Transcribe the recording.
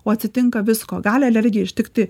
o atsitinka visko gali alergija ištikti